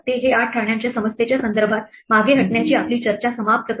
हे 8 राण्यांच्या समस्येच्या संदर्भात मागे हटण्याची आपली चर्चा समाप्त करते